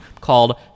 called